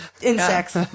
insects